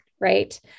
Right